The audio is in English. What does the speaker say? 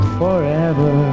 forever